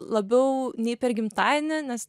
labiau nei per gimtadienį nes